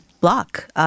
block